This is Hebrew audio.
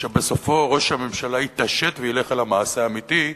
שבסופו ראש הממשלה יתעשת וילך על המעשה האמיתי,